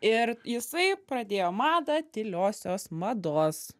ir jisai pradėjo madą tyliosios mados